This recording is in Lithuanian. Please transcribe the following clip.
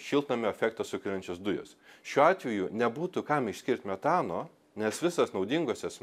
šiltnamio efektą sukeliančios dujos šiuo atveju nebūtų kam išskirt metano nes visos naudingosios